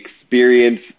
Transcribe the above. experience